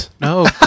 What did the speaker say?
No